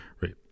Right